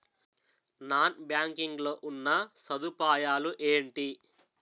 Non banking లో ఉన్నా సదుపాయాలు ఎంటి?